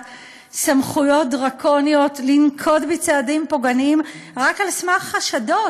סמכויות דרקוניות לנקוט צעדים פוגעניים רק על סמך חשדות,